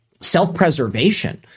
self-preservation